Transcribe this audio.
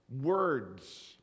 words